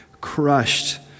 crushed